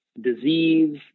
disease